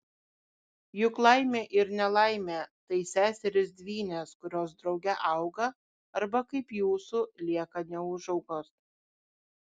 juk laimė ir nelaimė tai seserys dvynės kurios drauge auga arba kaip jūsų lieka neūžaugos